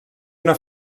una